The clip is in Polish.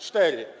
Cztery.